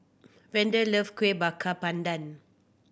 Vander loves Kueh Bakar Pandan